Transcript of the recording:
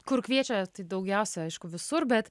kur kviečia tai daugiausia aišku visur bet